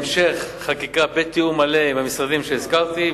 המשך חקיקה בתיאום מלא עם המשרדים שהזכרתי,